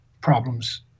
problems